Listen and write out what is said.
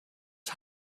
was